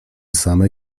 same